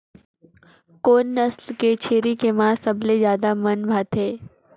कोन नस्ल के छेरी के मांस सबले ज्यादा मन भाथे?